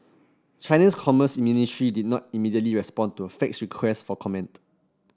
China's commerce ministry did not immediately respond to a faxed request for comment